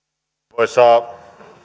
arvoisa